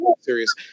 serious